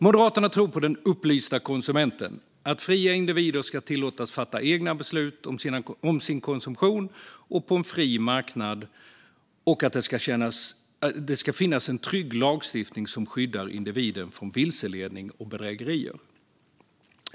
Moderaterna tror på den upplysta konsumenten; att fria individer ska tillåtas fatta egna beslut om sin konsumtion på en fri marknad och att det ska finnas en trygg lagstiftning som skyddar individen från vilseledning och bedrägerier.